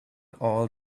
all